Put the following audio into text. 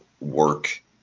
work